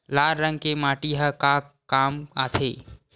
लाल रंग के माटी ह का काम आथे?